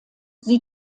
sie